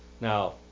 Now